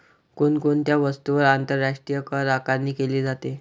कोण कोणत्या वस्तूंवर आंतरराष्ट्रीय करआकारणी केली जाते?